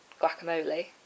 guacamole